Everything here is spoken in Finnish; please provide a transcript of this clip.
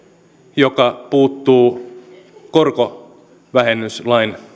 joka puuttuu korkovähennyslain